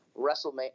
WrestleMania